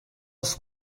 els